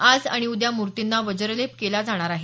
आज आणि उद्या मूर्तींना वज्रलेप केला जाणार आहे